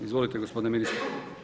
Izvolite gospodine ministre.